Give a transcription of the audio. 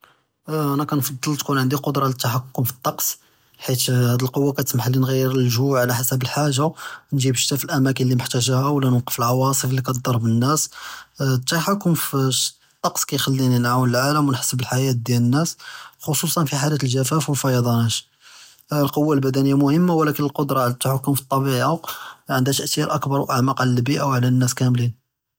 אה אה אני כנג’בּל tkun ענדי קד’רה ללת’כ’כם פט-טעקס חית הד’כ’ו כתסמהלי נש’יר אלג’ו על-חשב אלחאגה נ’ג’יב ש’תה פילאמאקין לי מחת’ג’ה או לא נ’ווקף אלעוואסף לי כד’רב אלנס אה אלת’כ’כם פה שט-טעקס כ’ח’ליני נ’עוון אלעלם ונ’חס בלח’יה דיאל אלנס חוסוסאן פי חלת אלג’פאף ואלפייד’אנאת אה אלקד’רה אלבדנייה מ’המה ולקין אלקד’רה עלא אלת’כ’כם פט-ט’ביה ענדה ת’את’יר אכבר ועמק עלא אלביא’ה ועלא אלנס כאמלין.